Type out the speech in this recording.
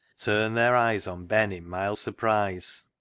turned their eyes on ben in mild surprise.